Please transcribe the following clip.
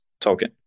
token